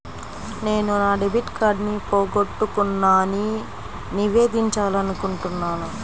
నేను నా డెబిట్ కార్డ్ని పోగొట్టుకున్నాని నివేదించాలనుకుంటున్నాను